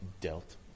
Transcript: dealt